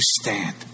stand